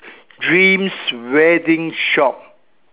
dreams wedding shop